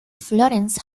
florence